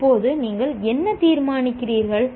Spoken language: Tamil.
இப்போது நீங்கள் என்ன தீர்மானிக்கிறீர்கள்